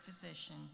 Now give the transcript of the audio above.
physician